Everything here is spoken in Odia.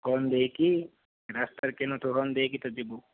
ହର୍ନ ଦେଇକି ରାସ୍ତାରେ କେହି ନଥିବ ହର୍ନ ଦେଇକି ତ ଯିବୁ